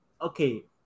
okay